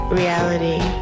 reality